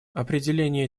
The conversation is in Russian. определение